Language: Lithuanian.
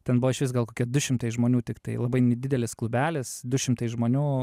ten buvo išvis gal kokie du šimtai žmonių tiktai labai nedidelis kubelis du šimtai žmonių